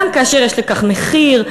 גם כאשר יש לכך מחיר,